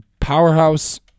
powerhouse